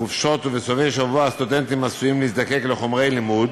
בחופשות ובסופי שבוע הסטודנטים עשויים להזדקק לחומרי לימוד,